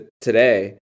today